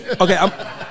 Okay